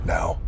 Now